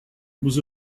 was